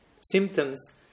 symptoms